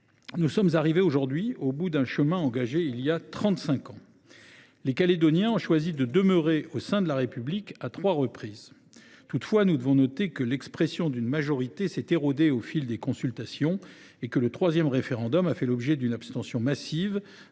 Nous sommes arrivés aujourd’hui au bout du chemin engagé il y a trente cinq ans. Les Calédoniens ont choisi de demeurer au sein de la République à trois reprises. Toutefois, nous devons noter que l’expression d’une majorité s’est érodée au fil des consultations et que le troisième référendum a fait l’objet d’une abstention massive,